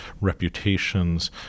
reputations